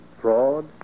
fraud